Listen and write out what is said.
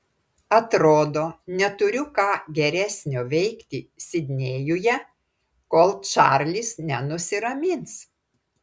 atrodo neturiu ką geresnio veikti sidnėjuje kol čarlis nenusiramins